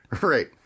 Right